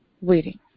waiting